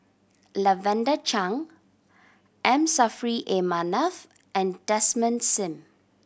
Lavender Chang M Saffri A Manaf and Desmond Sim